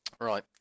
Right